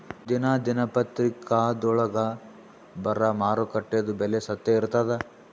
ದಿನಾ ದಿನಪತ್ರಿಕಾದೊಳಾಗ ಬರಾ ಮಾರುಕಟ್ಟೆದು ಬೆಲೆ ಸತ್ಯ ಇರ್ತಾದಾ?